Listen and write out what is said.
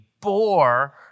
bore